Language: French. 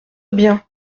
bien